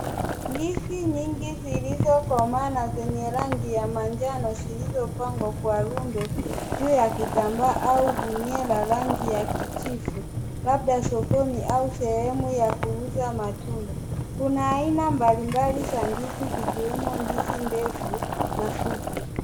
Ndizi, nyingi zilizokomaa na zenye rangi ya manjano zilizopangwa kwa rundo, juu ya kitambaa au bunia la rangi ya kijivu. Labda sokoni au sehemu ya kuuza matunda. Kuna aina mbalimbali za ndizi zikiwemo ndizi ndefu na fupi.